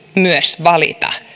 myös valita